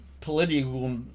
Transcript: political